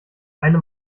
eine